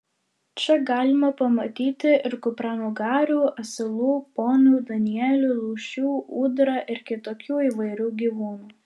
čia galima pamatyti ir kupranugarių asilų ponių danielių lūšių ūdrą ir kitokių įvairių gyvūnų